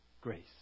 grace